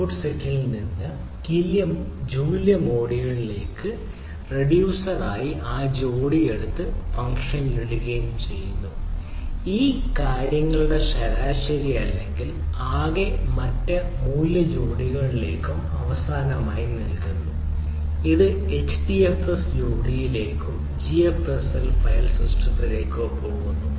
input സെറ്റിൽ നിന്നുള്ള പ്രധാന മൂല്യം ഒരു കൂട്ടം കീ മൂല്യ ജോഡികളിലേക്ക് റിഡ്യൂസർ ആ കീ മൂല്യ ജോഡി എടുത്ത് ഒരു ഫംഗ്ഷൻ ഇടുന്നു ഈ സാഹചര്യത്തിൽ കാര്യങ്ങളുടെ ശരാശരി അല്ലെങ്കിൽ ആകെ മറ്റൊരു മൂല്യ മൂല്യ ജോഡികളിലേക്കും അവസാനമായി നൽകുന്നു ഇത് എച്ച്ഡിഎഫ്എസ് ജോഡിയിലേക്കോ ജിഎഫ്എസ് ഫയൽ സിസ്റ്റത്തിലേക്കോ പോകുന്നു